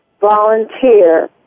volunteer